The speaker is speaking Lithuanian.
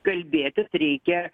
kalbėtis reikia